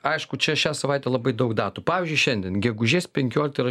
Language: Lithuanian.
aišku čia šią savaitę labai daug datų pavyzdžiui šiandien gegužės penkiolikta yra